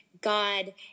God